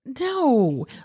no